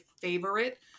favorite